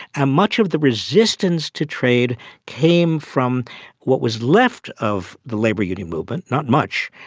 ah much of the resistance to trade came from what was left of the labour union movement, not much,